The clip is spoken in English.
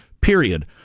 period